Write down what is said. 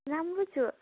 राम्रो छु